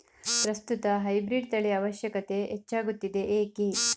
ಪ್ರಸ್ತುತ ಹೈಬ್ರೀಡ್ ತಳಿಯ ಅವಶ್ಯಕತೆ ಹೆಚ್ಚಾಗುತ್ತಿದೆ ಏಕೆ?